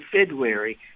February